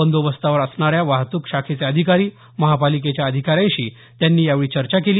बंदोबस्तावर असणाऱ्या वाहतूक शाखेचे अधिकारी महापालिकेच्या अधिकाऱ्यांशी त्यांनी यावेळी चर्चा केली